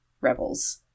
Rebels